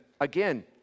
again